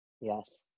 Yes